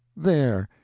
there!